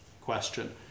question